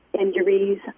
injuries